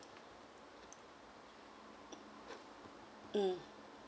mm